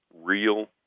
real